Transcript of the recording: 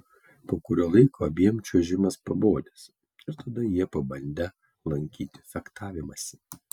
po kurio laiko abiem čiuožimas pabodęs ir tada jie pabandę lankyti fechtavimąsi